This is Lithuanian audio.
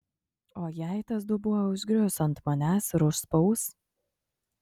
o jei tas dubuo užgrius ant manęs ir užspaus